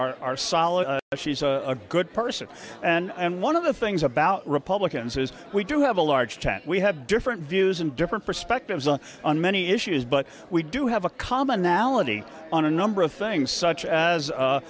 are solid but she's a good person and one of the things about republicans is we do have a large tent we have different views and different perspectives on on many issues but we do have a commonality on a number of things such as